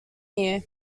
here